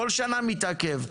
כל שנה מתעכב,